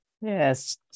Yes